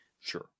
Sure